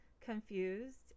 confused